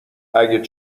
اگه